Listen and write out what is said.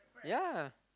yeah